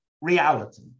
reality